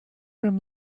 from